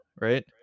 right